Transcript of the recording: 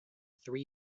three